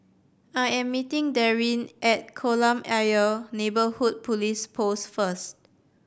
I am meeting Darrin at Kolam Ayer Neighbourhood Police Post first